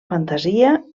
fantasia